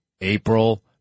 April